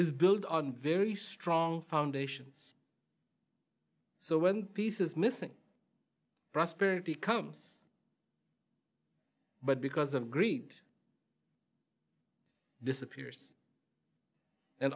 is built on very strong foundations so when pieces missing prosperity comes but because of greed disappears and